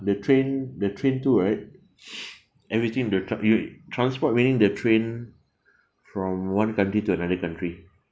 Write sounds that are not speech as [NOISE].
the train the train too right [NOISE] everything the tran~ you transport meaning the train from one country to another country